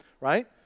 Right